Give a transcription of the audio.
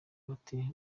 bati